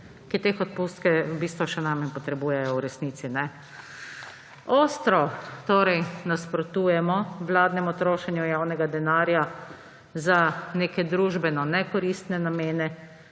ki te odpustke v bistvu še najmanj potrebujejo v resnici. Ostro torej nasprotujemo vladnemu trošenju javnega denarja za neke družbeno nekoristne namene